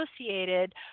associated